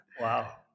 Wow